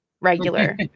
regular